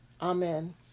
Amen